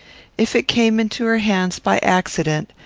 if it came into her hands by accident,